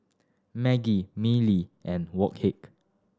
Maggi Mili and Wok Hey